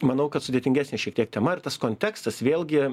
manau kad sudėtingesnė šiek tiek tema ir tas kontekstas vėlgi